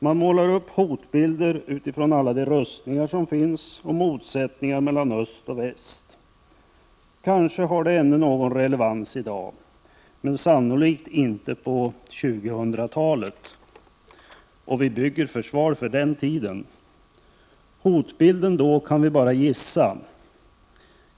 Man målar upp hotbilder utifrån alla de rustningar som finns och motsättningar mellan öst och väst. Kanske har detta ännu någon relevans i dag, men sannolikt inte på 2000-talet — och vi bygger ju försvar för den tiden. Hotbilden då kan vi bara gissa.